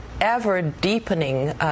ever-deepening